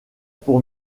pour